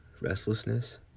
restlessness